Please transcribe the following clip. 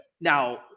now